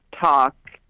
talk